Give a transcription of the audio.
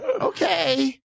Okay